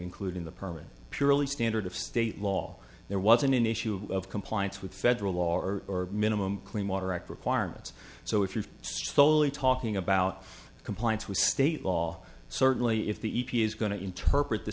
include in the permit purely standard of state law there was an issue of compliance with federal law or minimum clean water act requirements so if you're slowly talking about compliance with state law certainly if the is going to interpret th